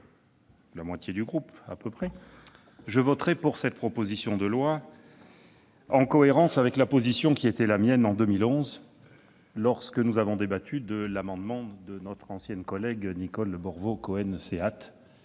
la moitié du groupe -, je voterai cette proposition de loi, en cohérence avec la position qui était la mienne en 2011 lorsque nous avions débattu de l'amendement de notre ancienne collègue Nicole Borvo Cohen-Seat.